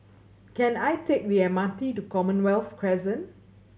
can I take the M R T to Commonwealth Crescent